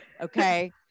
Okay